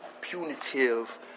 punitive